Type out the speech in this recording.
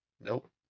Nope